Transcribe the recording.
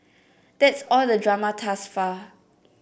that's all the drama thus far